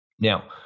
Now